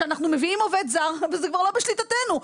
שאנחנו מביאים עובד זר וזה כבר לא בשליטתנו.